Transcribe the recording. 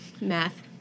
Math